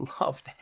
loved